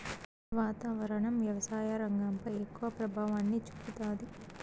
వాతావరణం వ్యవసాయ రంగంపై ఎక్కువ ప్రభావాన్ని చూపుతాది